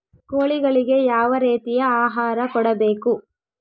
ಕೋಳಿಗಳಿಗೆ ಯಾವ ರೇತಿಯ ಆಹಾರ ಕೊಡಬೇಕು?